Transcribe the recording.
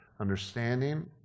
understanding